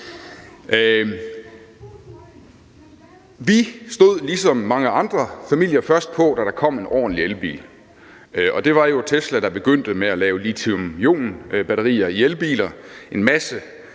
Vi stod ligesom mange andre familier først på, da der kom en ordentlig elbil. Og det var jo Tesla, der begyndte med at lave lithium-ion-batterier i elbiler. En masse